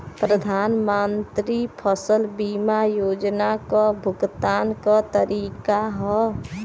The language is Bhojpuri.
प्रधानमंत्री फसल बीमा योजना क भुगतान क तरीकाका ह?